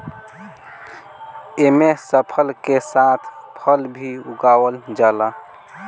एमे फसल के साथ फल भी उगावल जाला